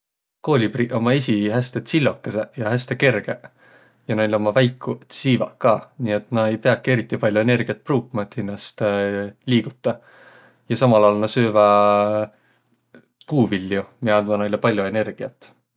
Koolibriq ommaq esiq häste tsillokõsõq ja häste kergeq ja näil ommaq väikuq tsiivaq ka, nii et nä ei piäki esriti pall'o energiät pruukma, et hinnäst liigutaq. Ja samal aol nä sööväq puuviljo, miä andvaq näile pall'o energiät.